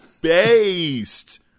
Based